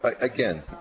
again